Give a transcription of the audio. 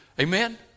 Amen